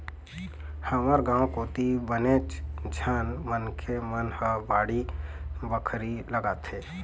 हमर गाँव कोती बनेच झन मनखे मन ह बाड़ी बखरी लगाथे